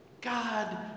God